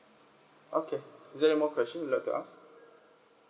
okay is there any more question you like to ask